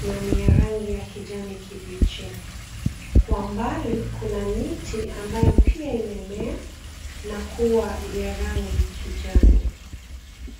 na ni ya rangi ya kijani kibichi. Kwa mbali kuna miti ambayo pia imemea, na kuwa ya rangi kijani.